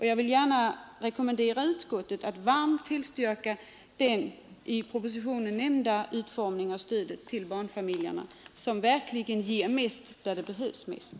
Jag vill gärna rekommendera utskottet att varmt tillstyrka den i propositionen nämnda utformningen av stödet till barnfamiljerna, som verkligen ger mest där det behövs mest.